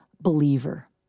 believer